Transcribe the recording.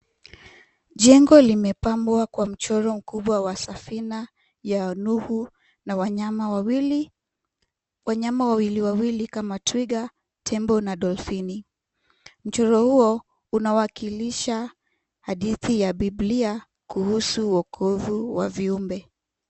Jengo limepambwa kwa mchoro mkubwa wa safina ya nuhu na wanyama wawili, wanyama wawili wawili kama twiga, tembo na dolfini . Mchoro huo unawakilisha hadhiti ya biblia kuhusu uokovu wa viumbe.